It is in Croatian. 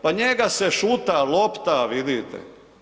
Pa njega se šuta, lopta, vidite.